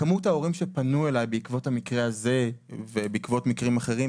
כמות ההורים שפנו אליי בעקבות המקרה הזה ובעקבות מקרים אחרים,